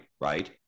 right